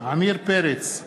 עמיר פרץ,